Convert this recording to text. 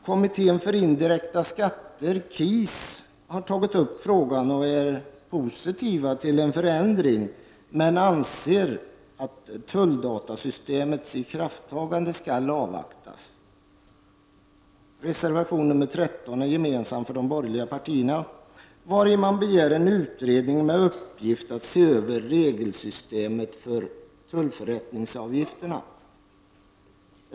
Kommittén för indirekta skatter, KIS, har tagit upp frågan och är positiv till en förändring, men anser att tulldatasystemets idrifttagande skall avvaktas. Reservation nr 13 är gemensam för de borgerliga partierna och i den begärs en utredning med uppgift att se över regelsystemet för tullförrättningsavgifterna.